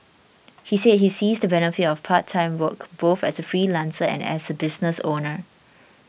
he said he sees the benefit of part time work both as a freelancer and as a business owner